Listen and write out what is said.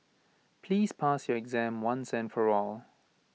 please pass your exam once and for all